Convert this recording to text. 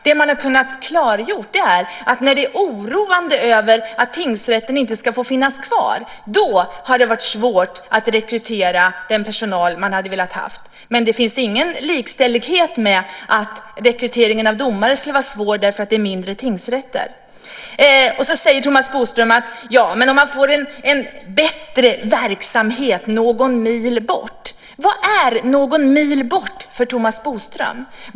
Det man har kunnat klargöra är att det har varit svårt att rekrytera den personal man hade velat ha när det finns oro för att tingsrätten inte ska få finnas kvar. Det kan inte likställas med att rekryteringen av domare skulle vara svår därför att tingsrätterna är mindre. Thomas Bodström säger att man kan få en bättre verksamhet någon mil bort. Vad är någon mil bort för Thomas Bodström?